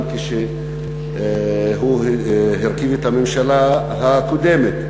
גם כשהוא הרכיב את הממשלה הקודמת.